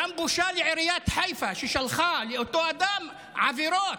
בושה גם לעיריית חיפה, ששלחה לאותו אדם עבירות,